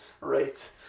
right